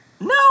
No